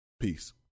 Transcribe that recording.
Peace